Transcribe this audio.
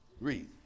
Read